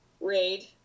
raid